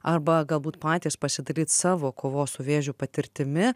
arba galbūt patys pasidaryt savo kovos su vėžiu patirtimi